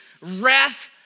wrath